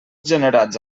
generats